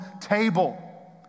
table